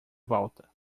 volta